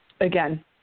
Again